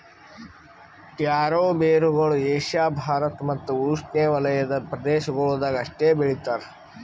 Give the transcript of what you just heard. taro ಬೇರುಗೊಳ್ Asia Bharat ಮತ್ತ್ ಉಷ್ಣೆವಲಯದ ಪ್ರದೇಶಗೊಳ್ದಾಗ್ ಅಷ್ಟೆ ಬೆಳಿತಾರ್